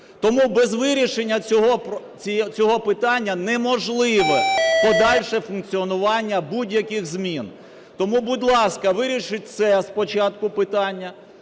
Тому без вирішення цього питання неможливе подальше функціонування будь-яких змін. Тому, будь ласка, вирішіть це спочатку питання,